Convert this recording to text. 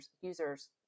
users